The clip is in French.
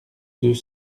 deux